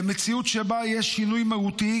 למציאות שבה יש שינוי מהותי